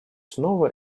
снова